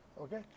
Okay